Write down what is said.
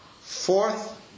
Fourth